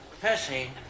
Percy